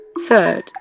Third